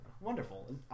Wonderful